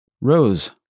Rose